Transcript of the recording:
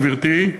גברתי,